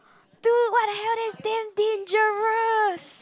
two got to help it damn dangerous